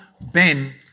Ben